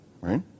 right